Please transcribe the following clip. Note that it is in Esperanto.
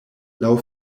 laŭ